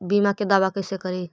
बीमा के दावा कैसे करी?